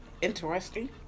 Interesting